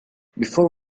before